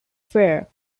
fair